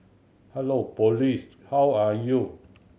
hello police how are you